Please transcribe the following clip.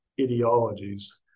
ideologies